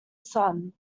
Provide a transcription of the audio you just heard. sun